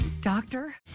Doctor